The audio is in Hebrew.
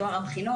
טוהר הבחינות,